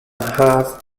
half